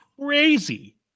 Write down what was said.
crazy